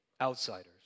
outsiders